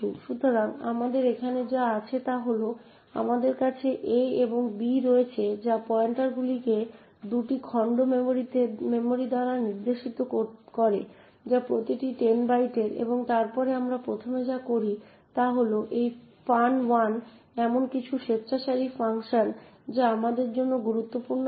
সুতরাং আমাদের এখানে যা আছে তা হল আমাদের কাছে a এবং b রয়েছে যা পয়েন্টারগুলিকে দুটি খণ্ড মেমরি দ্বারা নির্দেশিত করে যা প্রতিটি 10 বাইটের এবং তারপরে আমরা প্রথমে যা করি তা হল এই ফান 1 এটি এমন কিছু স্বেচ্ছাচারী ফাংশন যা আমাদের জন্য গুরুত্বপূর্ণ নয়